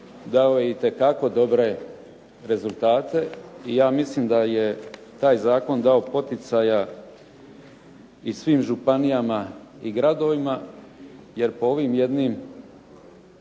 dao itekako dobre rezultate i ja mislim da je taj zakon dao poticaja i svim županijama i gradovima. Jer po ovim jednim